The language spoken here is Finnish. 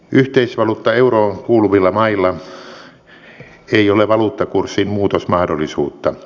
yhteisvaluutta euroon kuuluvilla mailla ei ole valuuttakurssin muutosmahdollisuutta